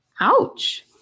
Ouch